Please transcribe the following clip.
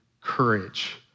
courage